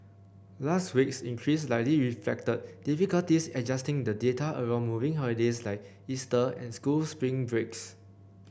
last week's increase likely reflected difficulties adjusting the data around moving holidays like Easter and school spring breaks